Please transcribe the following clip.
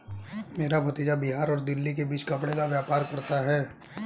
मेरा भतीजा बिहार और दिल्ली के बीच कपड़े का व्यापार करता है